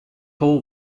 all